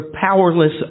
powerless